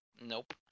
Nope